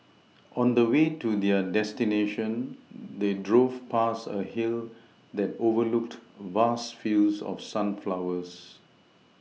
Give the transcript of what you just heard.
on the way to their destination they drove past a hill that overlooked vast fields of sunflowers